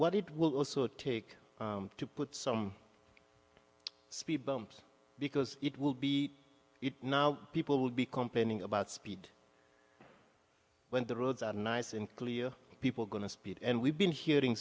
what it will also take to put some speed bumps because it will be it now people will be complaining about speed when the roads are nice in clear people going to speed and we've been hearing